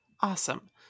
Awesome